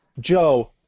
Joe